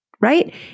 right